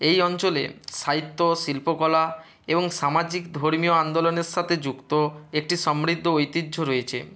এই অঞ্চলে সাহিত্য শিল্পকলা এবং সামাজিক ধর্মীয় আন্দোলনের সাতে যুক্ত একটি সমৃদ্ধ ঐতিহ্য রয়েছে